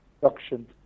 production